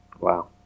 Wow